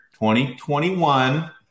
2021